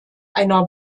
einer